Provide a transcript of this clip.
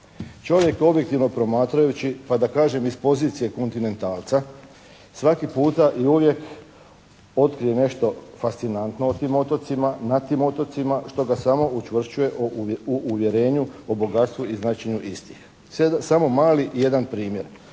Čovjek objektivno promatrajući pa da kažem iz pozicije kontinentalca svaki puta i uvijek otkrije nešto fascinantno na tim otocima što ga samo učvršćuje u uvjerenju o bogatstvu i značenju istih. Samo mali jedan primjer.